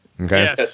Okay